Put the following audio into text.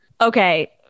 Okay